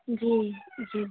جی جی